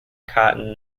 cotton